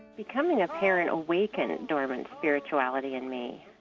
becoming a parent awakened dormant spirituality in me.